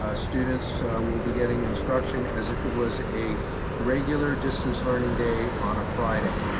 ah students will be getting instruction as if it was a regular distance learning day on a friday.